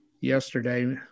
yesterday